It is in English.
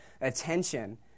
attention